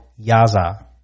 Yaza